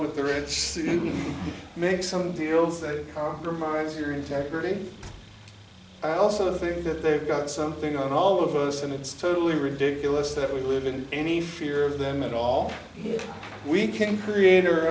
with the ritz to make some deals that provides your integrity i also think that they've got something on all of us and it's totally ridiculous that we live in any fear of them at all here we can create our